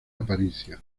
aparicio